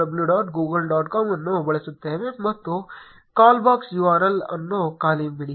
com ಅನ್ನು ಬಳಸುತ್ತೇವೆ ಮತ್ತು ಕಾಲ್ಬ್ಯಾಕ್ URL ಅನ್ನು ಖಾಲಿ ಬಿಡಿ